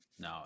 No